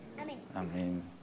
Amen